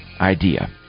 idea